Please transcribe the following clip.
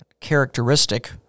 characteristic